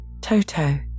Toto